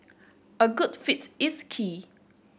a good fit is key